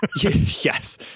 yes